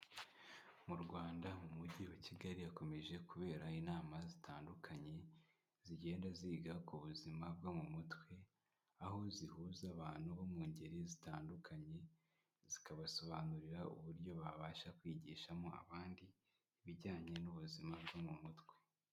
Mu Rwanda, mu mugi wa Kigali hakomeje kubera inama zitandukanye zigenda ziga ku buzima bwo mu mutwe, aho zihuza abantu bo mu ngeri zitandukanye, zikabasobanurira uburyo babasha kwigishamo abandi ibijyanye n'ubuzima bwo mu mutwe.